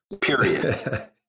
Period